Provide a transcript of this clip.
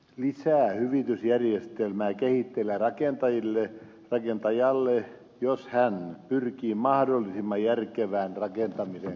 onko mitään lisähyvitysjärjestelmää kehitteillä rakentajalle jos hän pyrkii mahdollisimman järkevään rakentamiseen kaikin puolin